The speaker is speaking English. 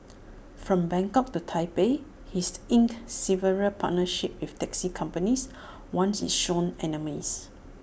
from Bangkok to Taipei he's inked several partnerships with taxi companies once its sworn enemies